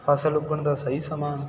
ਫਸਲ ਉੱਗਣ ਦਾ ਸਹੀ ਸਮਾਂ